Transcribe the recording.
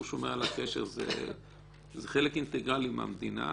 הוא שומר על הקשר, זה חלק אינטגרלי מהמדינה.